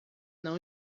não